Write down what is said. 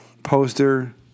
poster